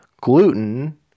gluten